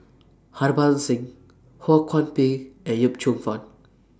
Harbans Singh Ho Kwon Ping and Yip Cheong Fun